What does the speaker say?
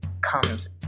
comes